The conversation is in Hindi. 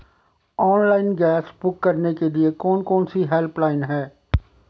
ऑनलाइन गैस बुक करने के लिए कौन कौनसी हेल्पलाइन हैं?